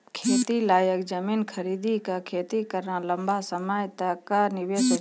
खेती लायक जमीन खरीदी कॅ खेती करना लंबा समय तक कॅ निवेश होय छै